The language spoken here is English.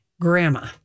Grandma